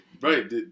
right